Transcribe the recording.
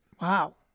wow